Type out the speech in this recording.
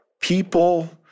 People